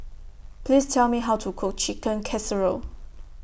Please Tell Me How to Cook Chicken Casserole